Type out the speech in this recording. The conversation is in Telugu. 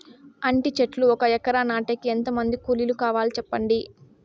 అంటి చెట్లు ఒక ఎకరా నాటేకి ఎంత మంది కూలీలు కావాలి? సెప్పండి?